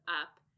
up